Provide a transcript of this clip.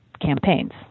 campaigns